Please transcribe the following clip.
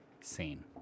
scene